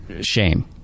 shame